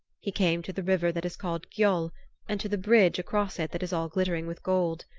he came to the river that is called gioll and to the bridge across it that is all glittering with gold.